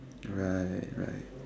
right right